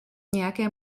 nějaké